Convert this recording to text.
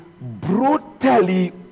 brutally